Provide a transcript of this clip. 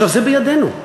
זה בידינו,